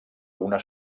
una